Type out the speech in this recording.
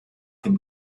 dem